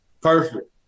Perfect